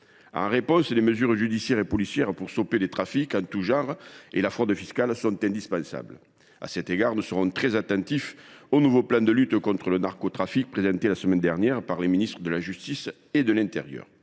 En réponse, les mesures judiciaires et policières pour stopper les trafics en tout genre et la fraude fiscale sont indispensables. À cet égard, nous serons très attentifs au nouveau plan de lutte contre le narcotrafic présenté la semaine dernière par les ministres de la justice et de l’intérieur.